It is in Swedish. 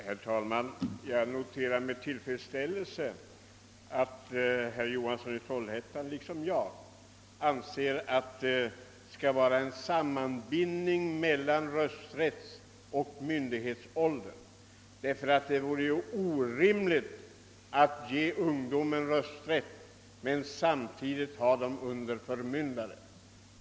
Herr talman! Jag noterar med tillfredsställelse att herr Johansson i Trollhättan liksom jag anser att det skall vara en sammanbindning mellan rösträttsåldern och myndighetsåldern. Det vore ju orimligt att ge ungdomen rösträtt och samtidigt ha den under förmyndare.